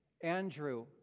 Andrew